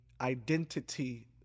identity